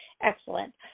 Excellent